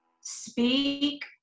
speak